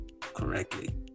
correctly